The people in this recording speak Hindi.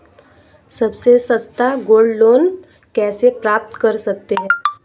सबसे सस्ता गोल्ड लोंन कैसे प्राप्त कर सकते हैं?